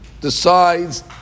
decides